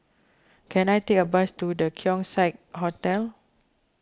can I take a bus to the Keong Saik Hotel